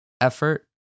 effort